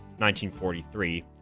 1943